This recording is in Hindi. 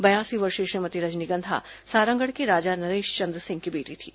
बयासी वर्षीय श्रीमती रजनीगंधा सारंगढ़ के राजा नरेश चन्द्र सिंह की बेटी थी